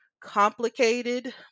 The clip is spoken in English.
complicated